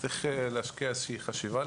צריך להשקיע איזושהי חשיבה,